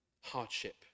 hardship